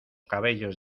cabellos